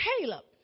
Caleb